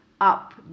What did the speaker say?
up